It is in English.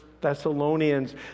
Thessalonians